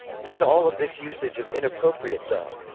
not all of this usage is inappropriate, though.